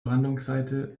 brandungsseite